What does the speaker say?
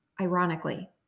Ironically